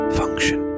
function